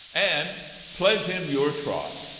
and pledge him your troth.